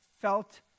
felt